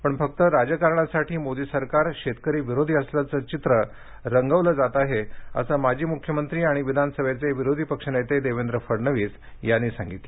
पण फक्त राजकारणासाठी मोदी सरकार शेतकरीविरोधी असल्याचे चित्र रंगवले जात आहे असे माजी मुख्यमंत्री आणि विधानसभेचे विरोधी पक्षनेते देवेंद्र फडणवीस यांनी सांगितलं